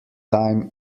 time